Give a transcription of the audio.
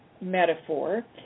metaphor